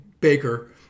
Baker